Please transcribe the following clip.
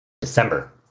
December